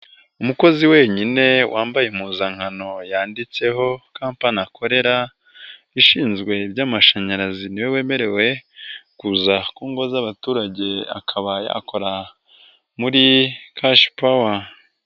Umukozi wenyine wambaye impuzankano yanditseho kampani akorera, ishinzwe iby'amashanyarazi niwe wemerewe kuza ku ngo z'abaturage akaba akora muri kashipawa.